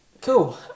Cool